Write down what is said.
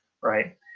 right